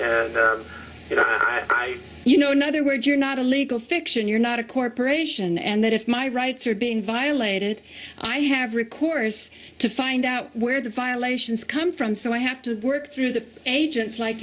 her you know another word you're not a legal fiction you're not a corporation and that if my rights are being violated i have recourse to find out where the violations come from so i have to work through the agents like